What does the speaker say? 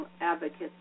Advocates